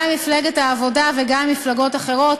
גם ממפלגת העבודה וגם ממפלגות אחרות.